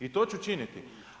I to ću činiti.